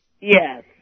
Yes